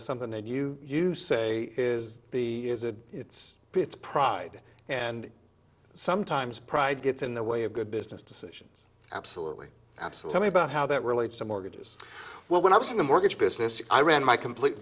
is something new you say is the is a it's it's pride and some times pride gets in the way of good business decisions absolutely absolutely about how that relates to mortgages well when i was in the mortgage business i ran my complete